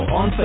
on